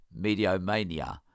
mediomania